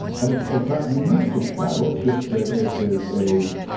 and it's it's not unique to chicago. it's just that it is a